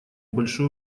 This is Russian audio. большое